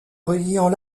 reliant